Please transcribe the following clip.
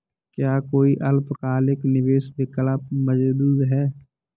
क्या कोई अल्पकालिक निवेश विकल्प मौजूद है?